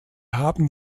haben